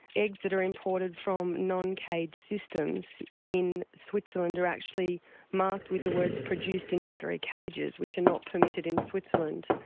eggs that are imported from non-caged systems in switzerland are actually marked with the words produced in battery cages which are not permitted in switzerland.